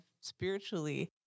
spiritually